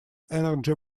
energy